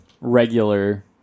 regular